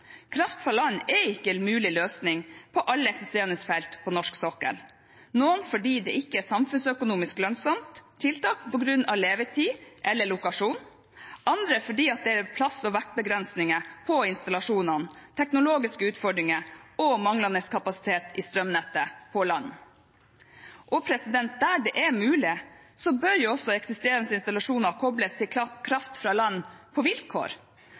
Kraft fra land er ikke en mulig løsning på alle eksisterende felt på norsk sokkel – noen fordi det ikke er et samfunnsøkonomisk lønnsomt tiltak på grunn av levetid eller lokasjon, andre fordi det er plass- og vektbegrensninger på installasjonene, teknologiske utfordringer og manglende kapasitet i strømnettet på land. Der det er mulig, bør også eksisterende installasjoner kobles til kraft fra land på vilkår,